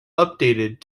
updated